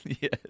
Yes